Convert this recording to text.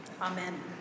Amen